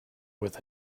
with